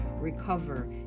recover